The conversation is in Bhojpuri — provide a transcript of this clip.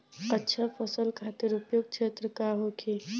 अच्छा फसल खातिर उपयुक्त क्षेत्र का होखे?